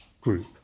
group